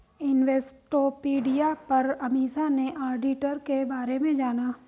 Investopedia पर अमीषा ने auditor के बारे में जाना